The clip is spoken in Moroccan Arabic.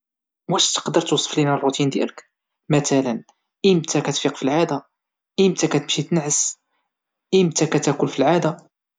واش تقدر توصف لينا الروتين ديالك، مثلا ايمتا كتفيق فالعادة، ايمتا كتمشي تنعسي، أيمتا كتاكل فالعادة!؟